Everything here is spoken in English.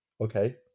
Okay